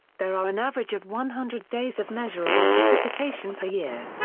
there are an average of one hundred days of measurable precipitation per year.